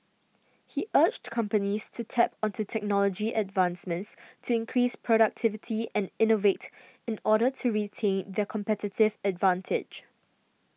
he urged companies to tap onto technology advancements to increase productivity and innovate in order to retain their competitive advantage